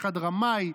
אחד רמאי,